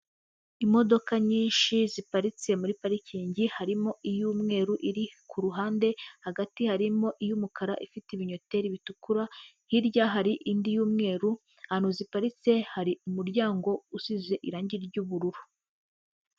Imodoka nyinshi ziparitse muri parikingi harimo iy'umweru iri ku ruhande, hagati harimo iy'umukara ifite ibinnyoteri bitukura, hirya hari indi y'umweru ahantu ziparitse hari umuryango usize irangi ry'ubururu.